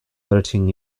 thirteen